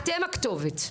אתם הכתובת.